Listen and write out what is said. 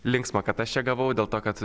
linksma kad aš ją gavau dėl to kad